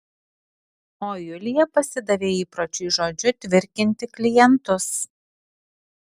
o julija pasidavė įpročiui žodžiu tvirkinti klientus